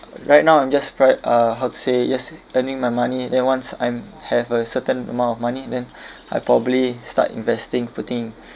right now I'm just fri~ uh how to say yes earning my money then once I'm have a certain amount of money then I probably start investing putting